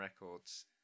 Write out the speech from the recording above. Records